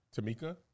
Tamika